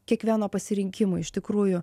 kiekvieno pasirinkimo iš tikrųjų